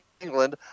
England